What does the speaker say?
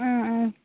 ꯎꯝ ꯎꯝ